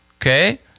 Okay